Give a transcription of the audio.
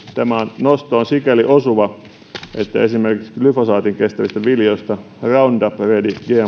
tämä nosto on sikäli osuva että esimerkiksi glyfosaatin kestävistä viljoista roundup ready